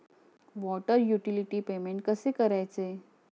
Water utility payment कसे करायचे?